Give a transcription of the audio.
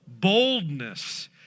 Boldness